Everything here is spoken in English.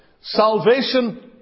Salvation